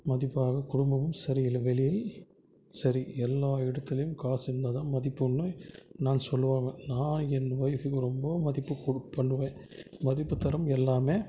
மதிப்பாக குடும்பமும் சரியில்லை வெளியில் சரி எல்லா இடத்துலையும் காசு இருந்தால் தான் மதிப்புன்னு நான் சொல்லுவாங்க நான் என் ஒய்ஃப்புக்கு ரொம்பவும் மதிப்பு கொடுப் பண்ணுவேன் மதிப்பு தரும் எல்லாமே